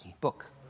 book